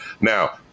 Now